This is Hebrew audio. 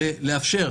זה לאפשר,